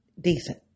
Decent